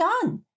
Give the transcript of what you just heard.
done